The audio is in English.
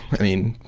i mean,